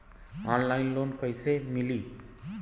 Online loan कइसे मिली?